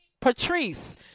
Patrice